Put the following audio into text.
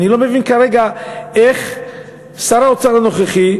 אני לא מבין כרגע איך שר האוצר הנוכחי,